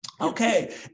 Okay